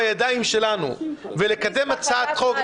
בידיים שלנו ולקדם הצעת חוק,